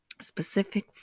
specific